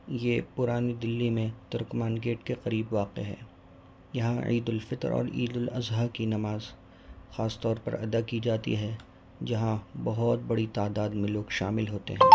یہ پرانی دلی میں ترکمان گیٹ کے قریب واقع ہے یہاں عید الفطر اور عید الاضحی کی نماز خاص طور پر ادا کی جاتی ہے جہاں بہت بڑی تعداد میں لوگ شامل ہوتے ہیں